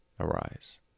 arise